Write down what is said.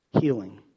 Healing